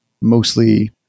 mostly